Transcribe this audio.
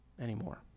anymore